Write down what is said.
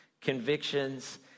convictions